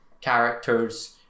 characters